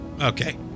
Okay